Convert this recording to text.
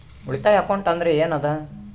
ಉಳಿತಾಯ ಅಕೌಂಟ್ ಅಂದ್ರೆ ಏನ್ ಅದ?